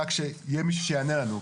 אלא שיהיה מישהו שיענה לנו,